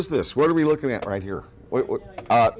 is this what are we looking at right here